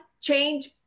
change